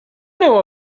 know